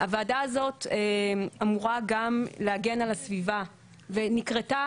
הוועדה הזאת אמורה גם להגן על הסביבה ונקרתה